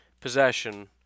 possession